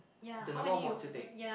the number of mods you take